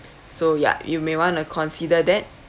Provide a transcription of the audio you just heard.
so ya you may want to consider that